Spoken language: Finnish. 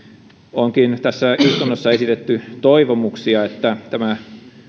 onkin tässä istunnossa esitetty toivomuksia että tämä